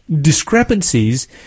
discrepancies